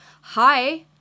hi